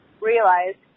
realized